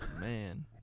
Man